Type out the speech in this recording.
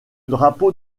drapeau